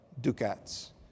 ducats